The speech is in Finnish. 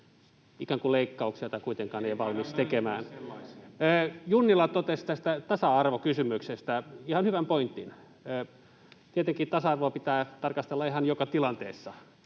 esitetään leikkauksia, joita kuitenkaan ei olla valmiita tekemään. Junnila totesi tästä tasa-arvokysymyksestä ihan hyvän pointin: tietenkin tasa-arvoa pitää tarkastella ihan joka tilanteessa